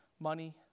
money